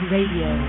Radio